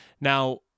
Now